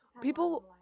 people